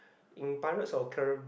in pirates of carri~